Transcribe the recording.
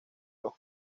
los